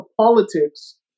politics